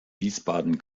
wiesbaden